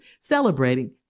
celebrating